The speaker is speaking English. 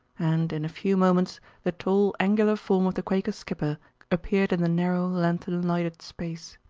and in a few moments the tall, angular form of the quaker skipper appeared in the narrow, lanthorn-lighted space.